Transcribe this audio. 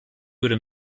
würde